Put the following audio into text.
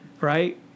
right